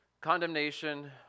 Condemnation